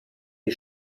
die